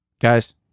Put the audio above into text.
Guys